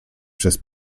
przez